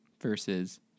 versus